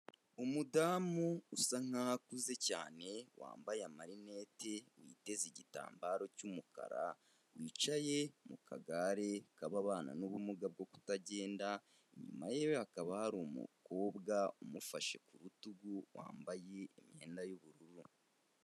Umudamu usa nkaho akuze cyane, wambaye amarinete, witeze igitambaro cy'umukara wicaye mu kagare k'ababana n'ubumuga bwo kutagenda, inyuma ye hakaba hari umukobwa umufashe ku rutugu wambaye imyenda y'ubururu.